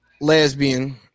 lesbian